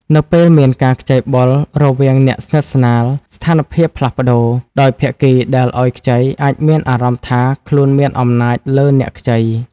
នៅពេលមានការខ្ចីបុលរវាងអ្នកស្និទ្ធស្នាល ស្ថានភាពផ្លាស់ប្តូរ ដោយភាគីដែលឲ្យខ្ចីអាចមានអារម្មណ៍ថាខ្លួនមានអំណាចលើអ្នកខ្ចី។